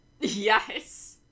Yes